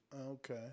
Okay